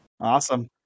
Awesome